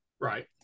Right